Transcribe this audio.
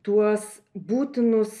tuos būtinus